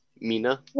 Mina